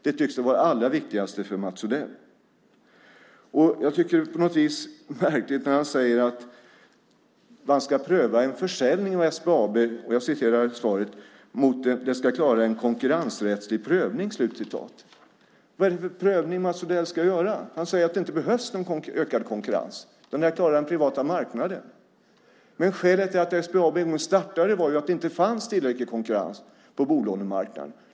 Det tycks vara det allra viktigaste för Mats Odell. Jag tycker att det är märkligt på något vis när han säger att en försäljning av SBAB ska "klara en konkurrensrättslig prövning". Vad är det för prövning Mats Odell ska göra? Han säger att det inte behövs någon ökad konkurrens. Det här klarar den privata marknaden. Men skälet till att SBAB en gång startade var ju att det inte fanns tillräcklig konkurrens på bolånemarknaden.